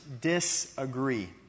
disagree